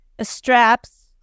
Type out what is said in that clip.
straps